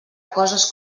coses